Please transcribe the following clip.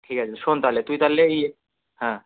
ঠিক আছে শোন তাহলে তুই তাহলে ইয়ে হ্যাঁ